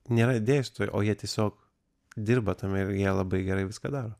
nėra dėstytojai o jie tiesiog dirba tame ir jie labai gerai viską daro